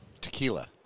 Tequila